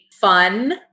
fun